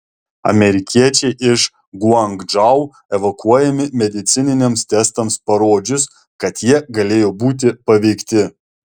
amerikiečiai iš guangdžou evakuojami medicininiams testams parodžius kad jie galėjo būti paveikti